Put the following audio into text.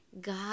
God